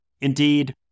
Indeed